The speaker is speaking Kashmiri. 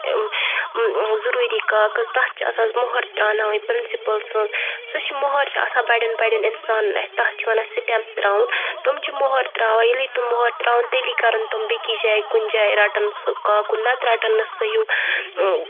ضرٗوری کاغز تتھ چھِ آسان موٚہر تراوناوٕنۍ پرنسِپل سِنٛز سُہ چھِ موٚہر چھِ آسان بڑٮ۪ن بڑٮ۪ن اِنسانن اتھ تتھ چھِ وَنان سِٹیمپ ترٛاوُن تِم چھِ موٚہر ترٛاوان ییٚلے تِم موٚہر ترٛاون تیلے کرن تِم بیٚکِس جایہِ کُنہِ جایہِ رَٹن سُہ کاکُد نَتہِ رَٹن نہٕ سُہ ہیٚو